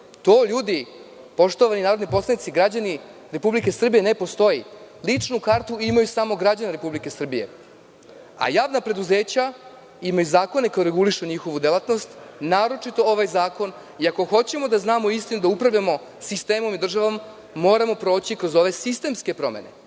To, ljudi, poštovani narodni poslanici, građani Republike Srbije, ne postoji. Ličnu kartu imaju samo građani Republike Srbije, a javna preduzeća imaju zakone koji regulišu njihovu delatnost, naročito ovaj zakon, i ako hoćemo da znamo istinu i da upravljamo sistemom i državom, moramo proći kroz ove sistemske promene. Danas